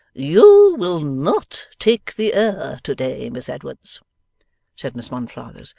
you will not take the air to-day, miss edwards said miss monflathers.